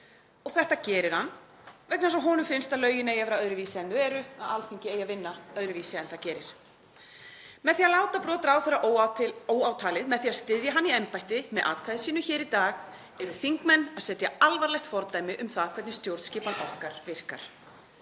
Þetta gerir hann vegna þess að honum finnst að lögin eigi að vera öðruvísi en þau eru, að Alþingi eigi að vinna öðruvísi en það gerir. Með því að láta brot ráðherra óátalin, með því að styðja hann í embætti með atkvæði sínu hér í dag, eru þingmenn að setja alvarlegt fordæmi um það hvernig stjórnskipan okkar virkar.